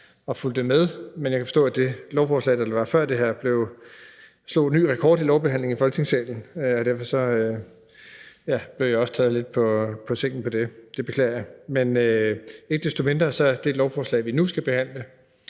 og fulgte med, men jeg kan forstå, at det lovforslag, der var på før det her, slog ny rekord i hurtig lovbehandling i Folketingssalen, og derfor blev jeg også taget lidt på sengen der. Det beklager jeg. Ikke desto mindre burde det lovforslag, vi nu skal behandle,